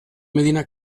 medina